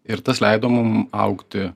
ir tas leido mum augti